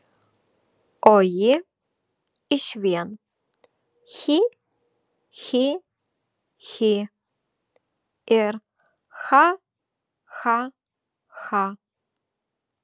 o ji iš vien chi chi chi ir cha cha cha